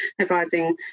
advising